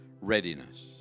readiness